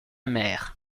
mer